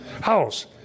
house